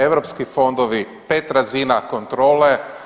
Europski fondovi pet razina kontrole.